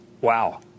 Wow